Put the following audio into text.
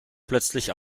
plötzlich